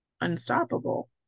unstoppable